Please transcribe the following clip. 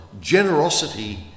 generosity